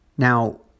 Now